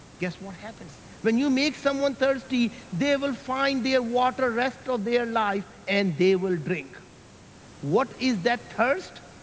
guess what happens. when you make someone thirsty, they will find their ah water rest of their life and they will drink what is that thirst?